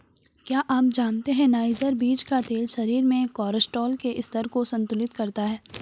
क्या आप जानते है नाइजर बीज का तेल शरीर में कोलेस्ट्रॉल के स्तर को संतुलित करता है?